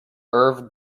irv